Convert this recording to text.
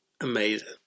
Amazing